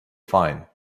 fine